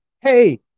Hey